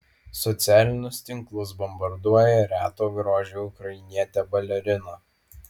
socialinius tinklus bombarduoja reto grožio ukrainietė balerina